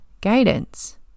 guidance